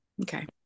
Okay